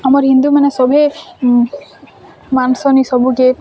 ଆମର୍ ହିନ୍ଦୁମାନେ ସଭେଁ ମାନସନି ସବୁକେ